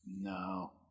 No